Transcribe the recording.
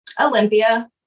Olympia